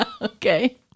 Okay